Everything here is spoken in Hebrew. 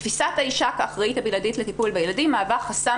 תפיסת האישה כאחראית הבלעדית לטיפול בילדים מהווה חסם